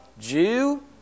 Jew